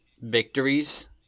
victories